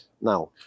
now